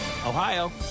Ohio